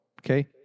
okay